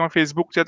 Facebook